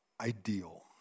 ideal